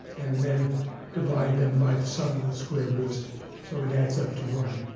and then divide them by the sum of the square roots so it adds up to one.